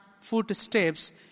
footsteps